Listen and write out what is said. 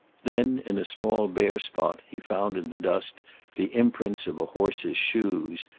then in a small bare spot he found in the dust the imprints of a horse's shoes,